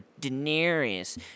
Daenerys